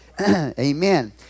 Amen